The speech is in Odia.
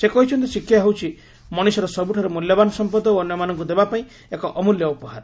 ସେ କହିଛନ୍ତି ଶିକ୍ଷା ହେଉଛି ମଣିଷର ସବୁଠାରୁ ମୂଲ୍ୟବାନ ସମ୍ପଦ ଓ ଅନ୍ୟମାନଙ୍କୁ ଦେବା ପାଇଁ ଏକ ଅମ୍ବଲ୍ୟ ଉପହାର